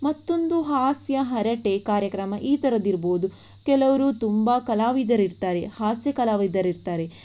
ಮತ್ತೊಂದು ಹಾಸ್ಯ ಹರಟೆ ಕಾರ್ಯಕ್ರಮ ಈ ಥರದ್ದಿರ್ಬೋದು ಕೆಲವರು ತುಂಬ ಕಲಾವಿದರಿರ್ತಾರೆ ಹಾಸ್ಯ ಕಲಾವಿದರಿರ್ತಾರೆ